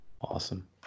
Awesome